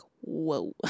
whoa